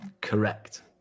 correct